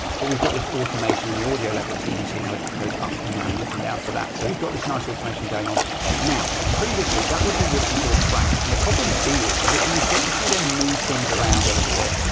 but we've got this automation in the audio levels and you can see how it goes up and down and up and down for that. so we've got this nice automation going on now, previously that would be written to the track and the problem being, is it that you think if you then move things around a little bit,